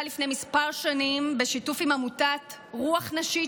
לפני מספר שנים בשיתוף עם עמותת רוח נשית,